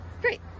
Great